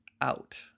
out